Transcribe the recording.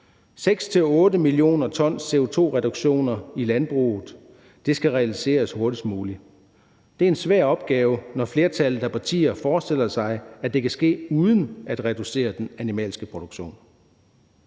6-8 mio. t CO2-reduktioner i landbruget skal realiseres hurtigst muligt. Det er en svær opgave, når flertallet af partier forestiller sig, at det kan ske uden at reducere den animalske produktion.